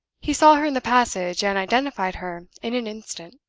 he saw her in the passage, and identified her in an instant.